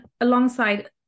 alongside